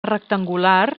rectangular